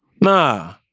Nah